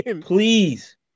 please